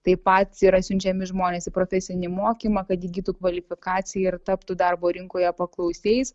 tai pat yra siunčiami žmonės į profesinį mokymą kad įgytų kvalifikaciją ir taptų darbo rinkoje paklausiais